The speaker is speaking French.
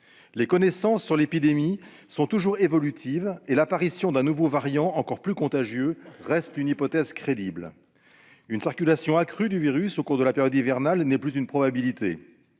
Les connaissances sur l'épidémie sont évolutives et l'apparition d'un nouveau variant encore plus contagieux reste une hypothèse crédible. Une circulation accrue du virus au cours de la période hivernale n'est plus une probabilité.